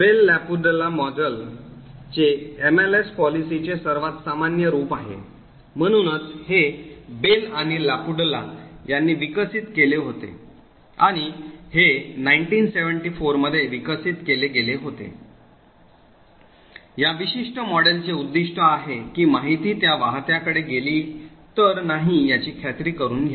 bell LaPadula model चे MLS पॉलिसीचे सर्वात सामान्य रूप आहे म्हणूनच हे बेल आणि लापडुला यांनी विकसित केले होते आणि हे 1974 मध्ये विकसित केले गेले होते या विशिष्ट मॉडेलचे उद्दीष्ट आहे की माहिती त्या वाहत्याकडे गेली तर नाही याची खात्री करुन घ्या